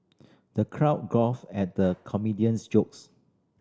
the crowd guffawed at the comedian's jokes